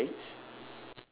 ya three legs